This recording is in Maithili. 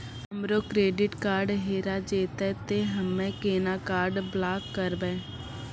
हमरो क्रेडिट कार्ड हेरा जेतै ते हम्मय केना कार्ड ब्लॉक करबै?